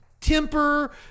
temper